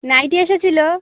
nightie এসেছিলো